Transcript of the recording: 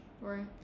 right